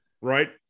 Right